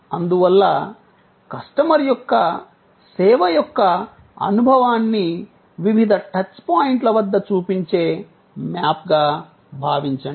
అందువల్ల కస్టమర్ యొక్క సేవ యొక్క అనుభవాన్ని వివిధ టచ్ పాయింట్ల వద్ద చూపించే మ్యాప్గా భావించండి